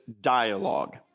dialogue